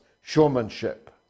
showmanship